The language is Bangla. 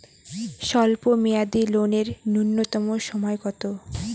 স্বল্প মেয়াদী লোন এর নূন্যতম সময় কতো?